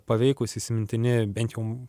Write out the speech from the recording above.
paveikūs įsimintini bent jau